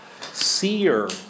seer